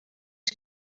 que